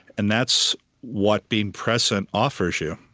and that's what being present offers you